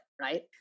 right